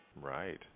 Right